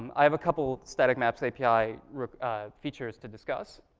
i have a couple static maps api features to discuss.